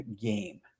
game